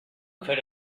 could